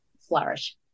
flourish